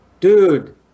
Dude